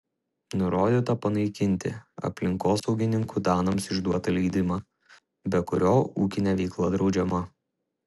nurodyta panaikinti aplinkosaugininkų danams išduotą leidimą be kurio ūkinė veikla draudžiama